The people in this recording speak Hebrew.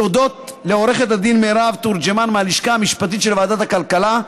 תודות לעו"ד מרב תורג'מן מהלשכה המשפטית של ועדת הכלכלה,